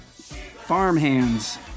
Farmhands